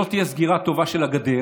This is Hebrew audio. עד שלא תהיה סגירה טובה של הגדר,